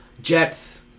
Jets